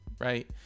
right